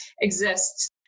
exists